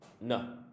No